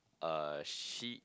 uh she